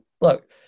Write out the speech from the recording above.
look